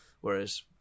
Whereas